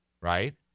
right